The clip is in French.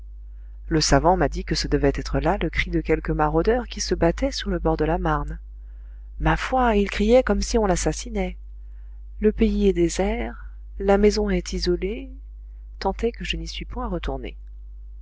le savant m'a dit que ce devait être là le cri de quelque maraudeur qui se battait sur le bord de la marne ma foi il criait comme si on l'assassinait le pays est désert la maison est isolée tant est que je n'y suis point retourné